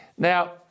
Now